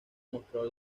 mostró